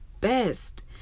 best